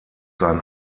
sein